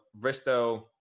Risto